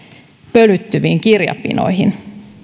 pölyttyviin kirjapinoihin